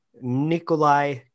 Nikolai